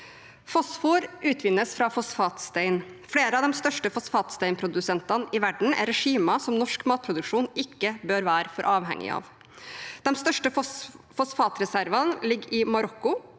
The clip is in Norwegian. Fosfor utvinnes fra fosfatstein. Flere av de største fosfatsteinprodusentene i verden er regimer som norsk matproduksjon ikke bør være for avhengig av. De største fosfatreservene ligger i Marokko,